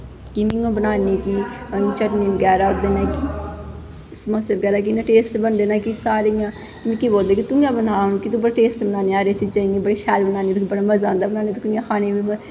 कि में ई बनानी कि चटनी बगैरा ओह्दे कन्नै कि समोसे बगैरा इ'यां टेस्ट बनदे न कि मतलब कि इ'यां मिगी बोलदी कि तूं गै बना तूं बड़ी टेस्ट बनान्नी हर इक चीजां इ'यां बड़ी शैल बनानी बड़ा मजा आंदा बनाने तुकी इ'यां खाने बी